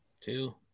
two